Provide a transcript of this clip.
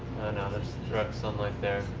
no, there's direct sunlight there.